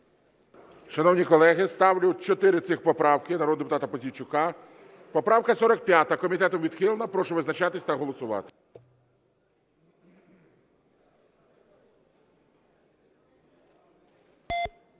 Шановні колеги, ставлю чотири цих поправки народного депутата Пузійчука. Поправка 45. Комітетом відхилена. Прошу визначатись та голосувати.